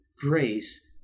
grace